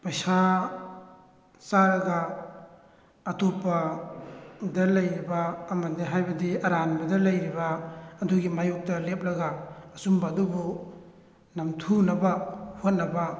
ꯄꯩꯁꯥ ꯆꯥꯔꯒ ꯑꯇꯣꯞꯄꯗ ꯂꯩꯔꯤꯕ ꯑꯃꯗꯤ ꯍꯥꯏꯕꯗꯤ ꯑꯔꯥꯟꯕꯗ ꯂꯩꯔꯤꯕ ꯑꯗꯨꯒꯤ ꯃꯥꯌꯣꯛꯇ ꯂꯦꯞꯂꯒ ꯑꯆꯨꯝꯕ ꯑꯗꯨꯕꯨ ꯅꯝꯊꯨꯅꯕ ꯍꯣꯠꯅꯕ